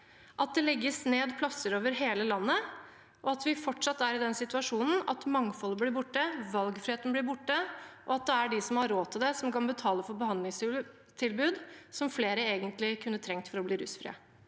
at det legges ned plasser over hele landet, og at vi fortsatt er i den situasjonen at mangfoldet blir borte? Valgfriheten blir borte, og det er de som har råd til det, som kan betale for behandlingstilbud som flere egentlig kunne trengt for å bli rusfrie.